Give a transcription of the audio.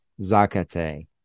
Zakate